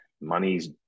money's